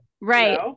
Right